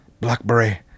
blackberry